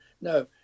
No